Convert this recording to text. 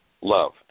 love